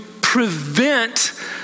prevent